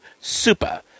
super